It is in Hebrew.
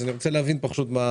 אז אני רוצה להבין כמה.